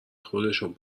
خودشون